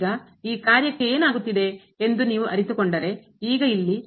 ಈಗ ಈ ಕಾರ್ಯಕ್ಕೆ ಏನಾಗುತ್ತಿದೆ ಎಂದು ನೀವು ಅರಿತುಕೊಂಡರೆ ಈಗ ಇಲ್ಲಿ